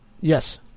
Yes